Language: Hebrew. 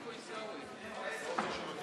מה זה,